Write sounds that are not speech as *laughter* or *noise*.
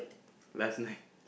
last night *laughs*